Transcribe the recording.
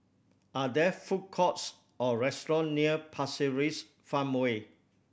are there food courts or restaurant near Pasir Ris Farmway